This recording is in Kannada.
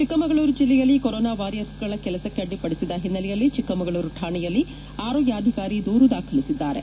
ಚಿಕ್ಕಮಗಳೂರು ಜಿಲ್ಲೆಯಲ್ಲಿ ಕೊರೊನಾ ವಾರಿಯರ್ಗಳ ಕೆಲಸಕ್ಕೆ ಅಡ್ಡಿಪಡಿಸಿದ ಹಿನ್ನೆಲೆಯಲ್ಲಿ ಚಿಕ್ಕಮಗಳೂರು ಠಾಣೆಯಲ್ಲಿ ಆರೋಗ್ಲಾಧಿಕಾರಿ ದೂರು ದಾಖಲಿಸಿದ್ದಾರೆ